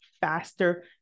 faster